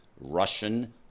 Russian